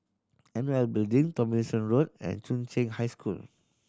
N O L Building Tomlinson Road and Chung Cheng High School